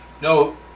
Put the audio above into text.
No